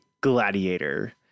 Gladiator